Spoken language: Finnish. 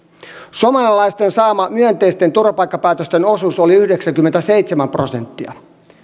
somalialaisten saama myönteisten turvapaikkapäätösten osuus oli yhdeksänkymmentäseitsemän prosenttia